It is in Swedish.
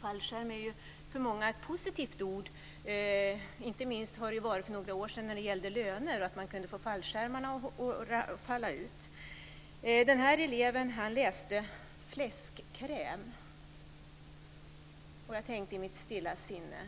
Fallskärm är för många ett positivt ord, inte minst var det det för några ord sedan när det gäller löner. Man kunde få fallskärmarna att falla ut. Den här eleven läste: fläskkräm. Jag tänkte i mitt stilla sinne: